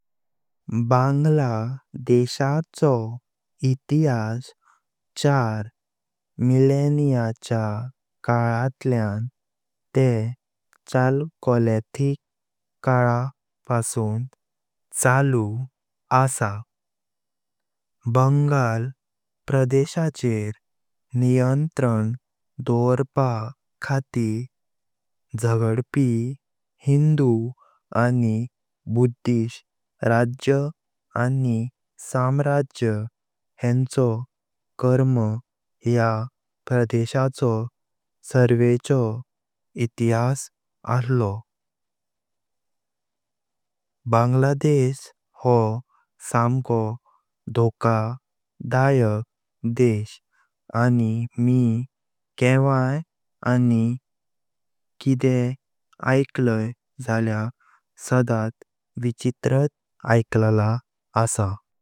बांग्लादेशाचो इतिहास चार मिलेनियाचा कालातल्यां तेह चालकोलिथिक काल पासून चालू आसा। बांगल प्रदेशाचेर नियंत्रण दवर्पा खातीर झगडपी हिंदु आनी बौद्धिस्ट राज्य आनी साम्राज्य, हेंचो कर्म ह्या प्रदेशाचो सर्वेचो इतिहास आसलो। बांग्लादेश हो समको धोका दयाक देश आनी मी केवाई आनी किडे आइकलाई जाल्या सदत विचित्रात आइकळा आसा।